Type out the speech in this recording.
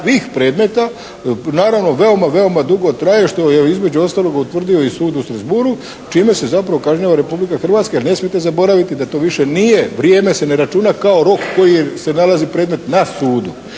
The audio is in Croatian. takvih predmeta, naravno veoma, veoma dugo traje, što je između ostalog utvrdio i u sud u Strasbourg čime se zapravo kažnjava Republika Hrvatska jer ne smijete zaboraviti da to više nije, vrijeme se ne računa kao rok koji se nalazi predmet na sudu,